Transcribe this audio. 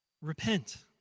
Repent